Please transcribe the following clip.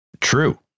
true